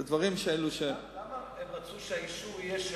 אלה דברים, למה הם רצו שהאישור יהיה שלך,